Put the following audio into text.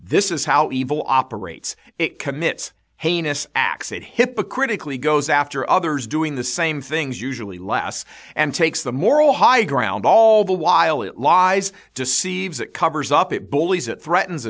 this is how evil operates it commits heinous acts it hypocritically goes after others doing the same things usually less and takes the moral high ground all the while it lies deceives it covers up it bullies it threatens